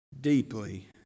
deeply